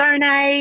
donate